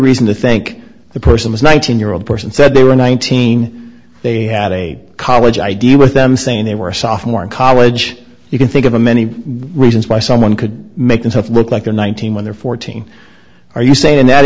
reason to think the person was nineteen year old person said they were nineteen they had a college idea with them saying they were a sophomore in college you can think of the many reasons why someone could make themselves look like in one thousand when they're fourteen or you say in that